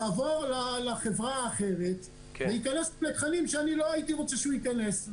יעבור לחברה האחרת וייכנס לתכנים שאני לא הייתי רוצה שהוא ייכנס.